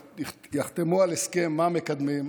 יחתמו על הסכם מה מקדמים,